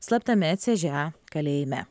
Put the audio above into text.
slaptame c ž a kalėjime